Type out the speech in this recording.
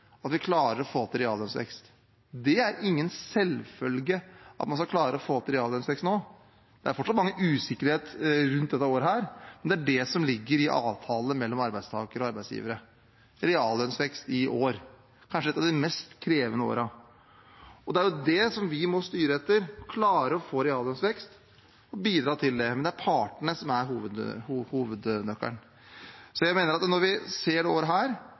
at vi klarer å få til reallønnsvekst. Det er ingen selvfølge at man skal klare å få til reallønnsvekst nå, for det er fortsatt mye usikkerhet rundt dette året, men det er det som ligger i avtalen mellom arbeidstakere og arbeidsgivere: reallønnsvekst i år, som er kanskje et av de mest krevende årene. Det er det vi må styre etter, å klare å få reallønnsvekst og bidra til det, men det er partene som er hovednøkkelen. Så jeg mener at når vi ser dette året, er de det